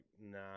nah